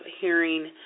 hearing